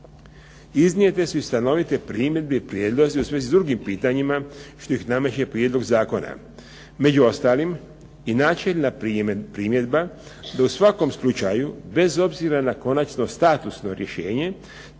Iznijete su i stanovite primjedbe i prijedlozi u svezi s drugim pitanjima što ih nameće prijedlog zakona. Među ostalim i načelna primjedba da u svakom slučaju bez obzira na konaćno statusno rješenje